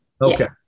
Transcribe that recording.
Okay